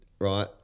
right